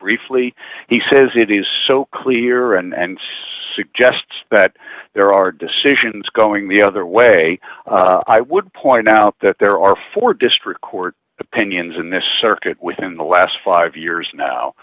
briefly he says it is so clear and suggests that there are decisions going the other way i would point out that there are four district court opinions in the circuit within the last five years now